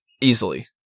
Easily